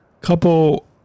couple